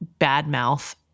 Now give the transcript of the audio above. badmouth